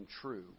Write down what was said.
true